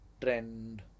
trend